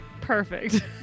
perfect